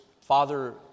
father